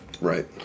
Right